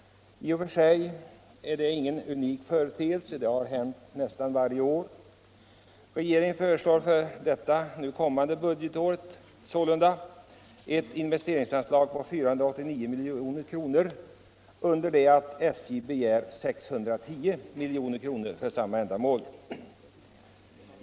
I och för sig är det inte unikt; det har hänt nästan varje budgetår. Regeringen föreslår för det kommande budgetåret ett investeringsanslag på 489 milj.kr., under det att SJ begärt 610 milj.kr. för detta ändamål.